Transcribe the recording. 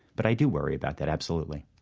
but i do worry about that, absolutely